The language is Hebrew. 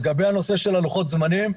לגבי הנושא של לוחות זמנים,